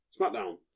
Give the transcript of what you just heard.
SmackDown